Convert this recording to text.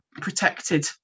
Protected